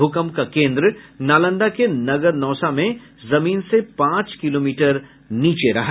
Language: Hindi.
भूकंप का केन्द्र नालंदा के नगरनौसा में जमीन से पांच किलोमीटर नीचे रहा